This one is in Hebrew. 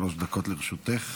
שלוש דקות לרשותך.